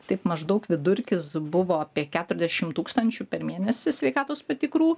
taip maždaug vidurkis buvo apie keturiasdešimt tūkstančių per mėnesį sveikatos patikrų